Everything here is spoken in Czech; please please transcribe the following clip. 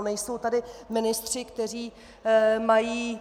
Nejsou tady ministři, kteří mají...